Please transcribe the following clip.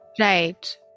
Right